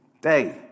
day